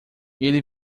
ele